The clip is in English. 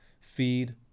feed